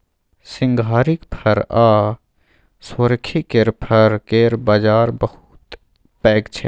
सिंघारिक फर आ सोरखी केर फर केर बजार बहुत पैघ छै